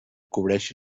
cobreixi